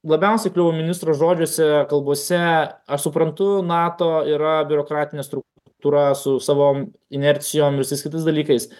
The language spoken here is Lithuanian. labiausiai kliuvo ministro žodžiuose kalbose aš suprantu nato yra biurokratinė struktūra su savom inercijom ir visais kitais dalykais